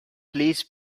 please